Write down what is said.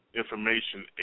information